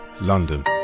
London